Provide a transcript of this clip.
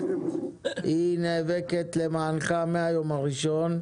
היא נאבקת למענך מהיום הראשון.